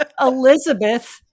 Elizabeth